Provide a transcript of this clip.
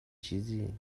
چیزی